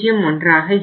01ஆக இருக்கும்